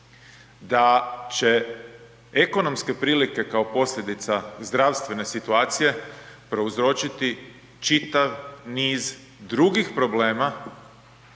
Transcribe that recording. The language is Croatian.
da će ekonomske prilike kao posljedica zdravstvene situacije prouzročiti čitav niz drugih problema